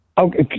Okay